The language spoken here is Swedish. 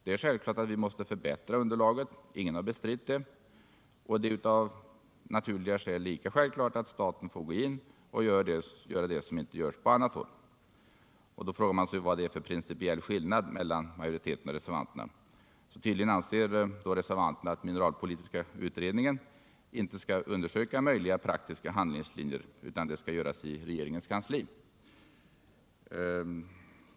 Det är självklart att vi måste förbättra underlaget — ingen har bestritt det — och det är av naturliga skäl lika självklart att staten får gå in och göra det som inte görs på annat håll. Vad är det då för principiell skillnad mellan majoriteten och reservanterna? Tydligen anser reservanterna att mineralpolitiska utredningen inte skall undersöka möjliga praktiska handlingslinjer utan att det skall göras i regeringens kansli.